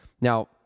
Now